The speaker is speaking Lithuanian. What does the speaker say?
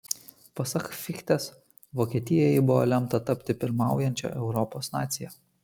pasak fichtės vokietijai buvo lemta tapti pirmaujančia europos nacija